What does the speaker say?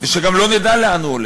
וגם לא נדע לאן הוא הולך.